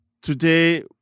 today